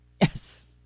Yes